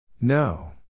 No